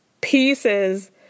pieces